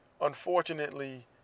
unfortunately